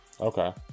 okay